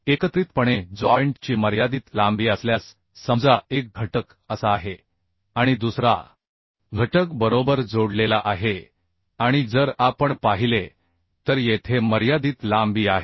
एकत्रितपणे जॉइंट ची मर्यादित लांबी असल्यास समजा एक घटक असा आहे आणि दुसरा घटक बरोबर जोडलेला आहे आणि जर आपण पाहिले तर येथे मर्यादित लांबी आहे